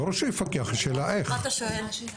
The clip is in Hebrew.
בפסקה (18), במקום "בסמל תנאי ייצור נאותים"